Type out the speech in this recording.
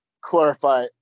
clarify